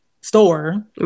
store